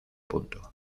punto